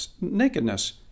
nakedness